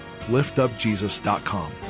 liftupjesus.com